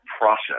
process